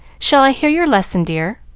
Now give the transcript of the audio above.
shall i hear your lesson, dear?